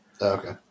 Okay